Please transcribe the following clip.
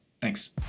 Thanks